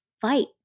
fight